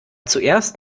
zuerst